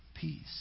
peace